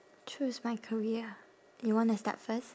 choose my career ah you wanna start first